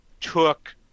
took